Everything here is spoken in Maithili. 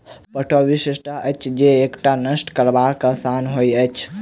पटुआक विशेषता अछि जे एकरा नष्ट करब आसान होइत अछि